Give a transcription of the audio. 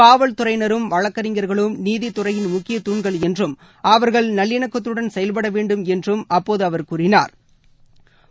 காவல்துறையினரும் வழக்கறிஞர்களும் நீதித்துறையின் முக்கிய தூண்கள் என்றும் அவர்கள் நல்லிணக்கத்துடன் செயல்படவேண்டும் என்றும் அப்போதுஅவர் கூறினாா்